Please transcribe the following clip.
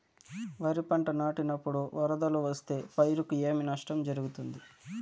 వరిపంట నాటినపుడు వరదలు వస్తే పైరుకు ఏమి నష్టం జరుగుతుంది?